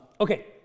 Okay